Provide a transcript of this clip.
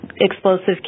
explosive